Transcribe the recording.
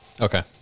Okay